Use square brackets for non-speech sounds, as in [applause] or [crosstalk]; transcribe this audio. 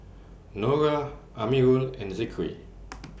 Nura Amirul and Zikri [noise]